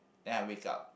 then I wake up